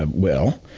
ah well,